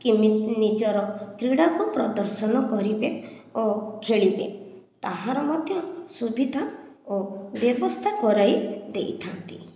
କେମିତି ନିଜର କ୍ରୀଡ଼ାକୁ ପ୍ରଦର୍ଶନ କରିବେ ଓ ଖେଳିବେ ତାହାର ମଧ୍ୟ ସୁବିଧା ଓ ବ୍ୟବସ୍ଥା କରାଇ ଦେଇଥାନ୍ତି